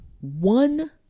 one